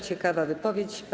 Ciekawa wypowiedź.